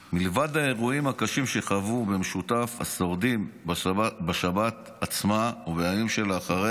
מלבד האירועים הקשים שחוו במשותף השורדים בשבת עצמה ובימים שלאחריה,